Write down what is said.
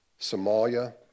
Somalia